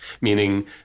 meaning